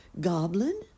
Goblin